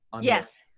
Yes